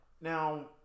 Now